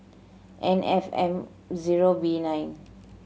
N F M zero B nine